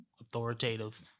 authoritative